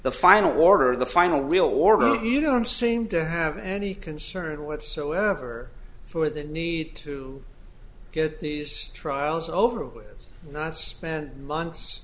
the final order the final real war move you don't seem to have any concern whatsoever for the need to get these trials over with not spent months